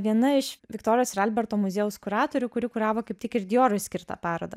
viena iš viktorijos ir alberto muziejaus kuratorių kuri kuravo kaip tik ir diorui skirtą parodą